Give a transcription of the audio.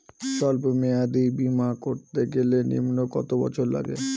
সল্প মেয়াদী বীমা করতে গেলে নিম্ন কত বছর লাগে?